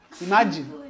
Imagine